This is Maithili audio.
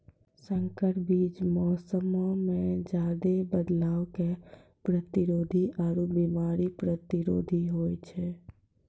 संकर बीज मौसमो मे ज्यादे बदलाव के प्रतिरोधी आरु बिमारी प्रतिरोधी होय छै